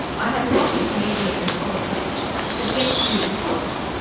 i have lobbied media and politicians but get few results.